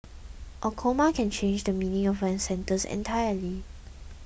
a comma can change the meaning of an sentence entirely